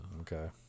Okay